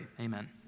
Amen